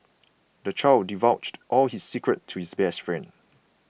the child divulged all his secrets to his best friend